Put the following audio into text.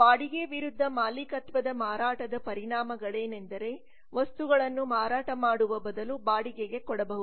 ಬಾಡಿಗೆ ವಿರುದ್ಧ ಮಾಲೀಕತ್ವದ ಮಾರಾಟದ ಪರಿಣಾಮಗಳೇನೆಂದರೆ ವಸ್ತುಗಳನ್ನುಮಾರಾಟ ಮಾಡುವ ಬದಲು ಬಾಡಿಗೆಗೆ ಕೊಡಬಹುದು